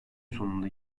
sonunda